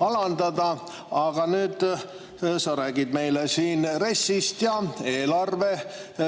alandada, aga nüüd sa räägid meile siin RES-ist ja eelarve